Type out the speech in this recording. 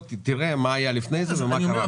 תראה מה היה לפני זה, ומה קרה אחרי זה.